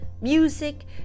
music